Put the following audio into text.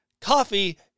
coffee